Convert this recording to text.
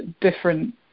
different